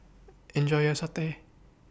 Enjoy your Satay